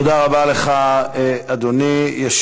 תודה רבה לך, אדוני.